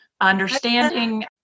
understanding